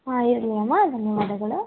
ಹಾಂ ಹೇಳಿ ಅಮ್ಮ ಧನ್ಯವಾದಗಳು